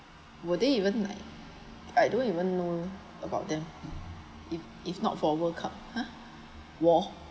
would they even like I don't even know about them if if not for world cup ha war